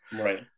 Right